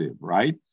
Right